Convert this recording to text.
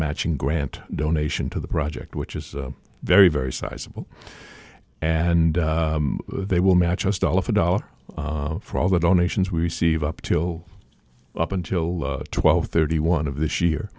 matching grant donation to the project which is very very sizable and they will match us dollar for dollar for all the donations we receive up till up until twelve thirty one of this year